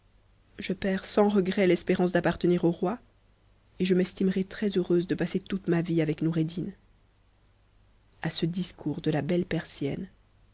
je perds sans regret l'espérance d'ap partenir au roi et je m'estimerai très-heureuse de passer toute ma vie avec noureddin a ce discours de la belle persienne